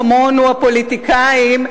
כמונו הפוליטיקאים,